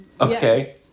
Okay